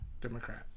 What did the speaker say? Democrat